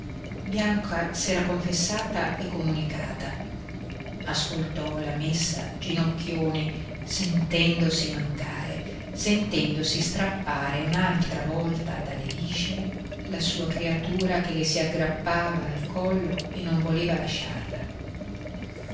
monastero bianca s'era confessata e comunicata ascoltò la messa ginocchioni sentendosi mancare sentendosi strappare un'altra volta dalle viscere la sua creatura che le si aggrappava al collo e non voleva lasciarla